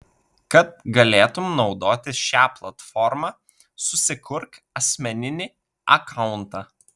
kad galėtum naudotis šia platforma susikurk asmeninį akauntą